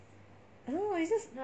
I don't know it's just